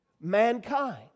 mankind